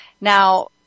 Now